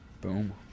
boom